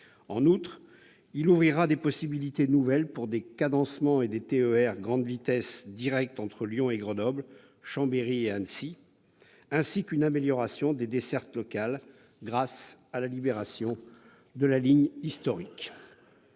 En outre, il ouvrira des possibilités nouvelles pour des cadencements et des TER « grande vitesse » directs entre Lyon et Grenoble, Chambéry et Annecy, ainsi qu'une amélioration des dessertes locales grâce à la libération de la ligne historique.